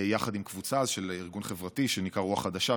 יחד עם קבוצה של ארגון חברתי שנקרא אז "רוח חדשה",